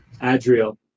Adriel